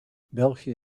belgië